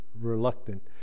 reluctant